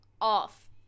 off